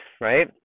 right